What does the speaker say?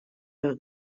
los